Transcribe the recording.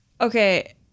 Okay